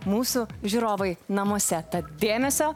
mūsų žiūrovai namuose tad dėmesio